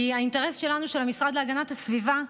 כי האינטרס שלנו, של המשרד להגנת הסביבה,